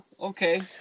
Okay